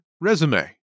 resume